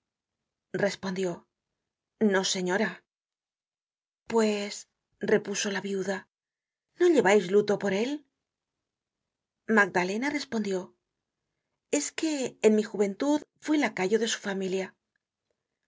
respondió no señora pues repuso la viuda no llevais luto por él magdalena respondió es que en mi juventud fui lacayo de su familia